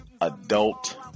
adult